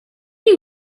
you